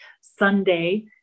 Sunday